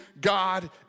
God